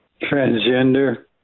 Transgender